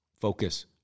focus